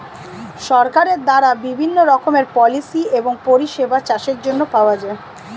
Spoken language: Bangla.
সরকারের দ্বারা বিভিন্ন রকমের পলিসি এবং পরিষেবা চাষের জন্য পাওয়া যায়